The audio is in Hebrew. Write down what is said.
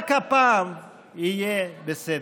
רק הפעם, יהיה בסדר.